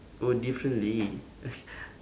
oh differently